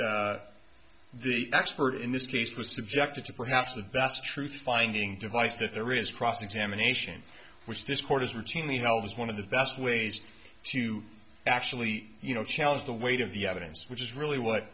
the expert in this case was subjected to perhaps the best truth finding device that there is cross examination in which this court is routinely how it was one of the best ways to actually you know challenge the weight of the evidence which is really what